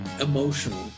emotional